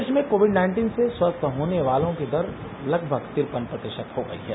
देश में COVID nineteen से स्वस्थ होने वालों की दर लगभग तिरपन प्रतिशत हो गई है